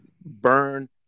burn